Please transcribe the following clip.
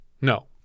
No